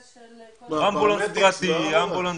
פרמדיקים.